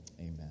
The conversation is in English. Amen